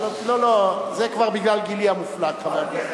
הממשלה לא הולכת לשלום,